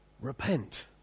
Repent